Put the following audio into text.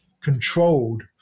controlled